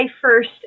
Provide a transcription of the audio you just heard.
First